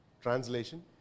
Translation